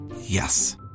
Yes